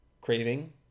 craving